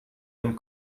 dem